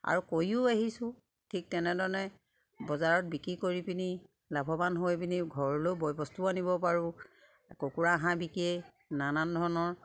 আৰু কৰিও আহিছোঁ ঠিক তেনেধৰণে বজাৰত বিক্ৰী কৰি পিনি লাভৱান হৈ পিনি ঘৰলৈ বয় বস্তুও আনিব পাৰোঁ কুকুৰা হাঁহ বিকিয়েই নানান ধৰণৰ